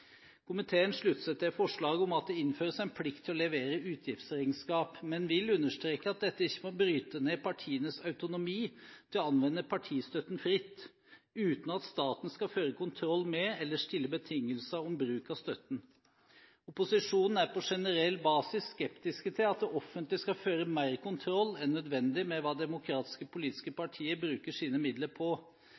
Komiteen slutter seg til forslaget om at det innføres en plikt til å levere utgiftsregnskap, men vil understreke at dette ikke må bryte med partienes autonomi til å anvende partistøtten fritt, uten at staten skal føre kontroll med eller stille betingelser om bruk av støtten. Opposisjonen er på generell basis skeptisk til at det offentlige skal føre mer kontroll enn nødvendig med hva demokratiske politiske partier bruker sine midler på.